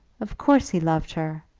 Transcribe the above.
of course he loved her.